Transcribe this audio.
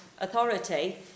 authority